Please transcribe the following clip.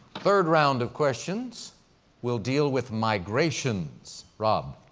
third round of questions will deal with migrations. rob,